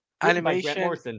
animation